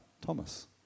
Thomas